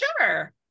Sure